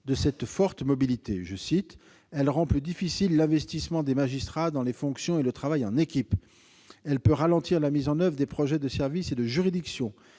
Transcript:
de cette forte mobilité ». Selon ce rapport, celle-ci « rend plus difficile l'investissement des magistrats dans les fonctions et le travail en équipe. Elle peut ralentir la mise en oeuvre des projets de service et de juridiction.